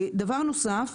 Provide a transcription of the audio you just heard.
דבר נוסף,